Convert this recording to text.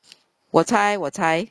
我猜我猜